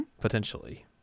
potentially